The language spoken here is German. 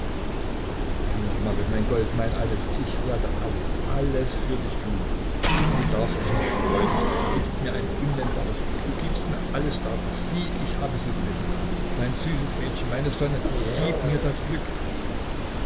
sieh marit mein gold mein alles ich werde alles alles für dich tun du darfst dich nicht sträuben du gibst mir ein unnennbares glück du gibst mir alles dadurch sieh ich habe so gelitten mein süßes mädchen meine sonne gib mir das glück